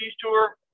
tour